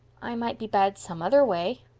i might be bad some other way.